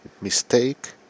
Mistake